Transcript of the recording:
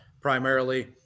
primarily